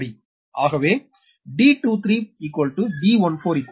ஆகவே d23d14 d24h2